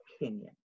opinion